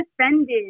offended